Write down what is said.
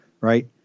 right